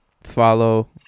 follow